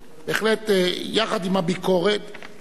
בהחלט יחד עם הביקורת צריך,